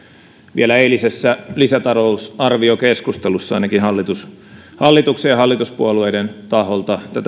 vielä eilisessä lisätalousarviokeskustelussa ainakin hallituksen ja hallituspuolueiden taholta